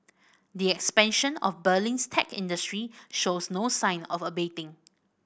the expansion of Berlin's tech industry shows no sign of abating